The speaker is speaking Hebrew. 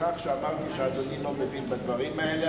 מכך שאמרתי שאדוני לא מבין בדברים האלה,